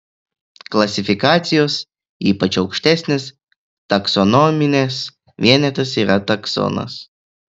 klasifikacijos ypač aukštesnės taksonominės vienetas yra taksonas